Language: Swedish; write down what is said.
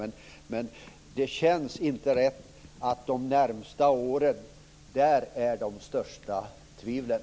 Men det känns inte rätt att de största tvivlen gäller de närmaste åren.